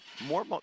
More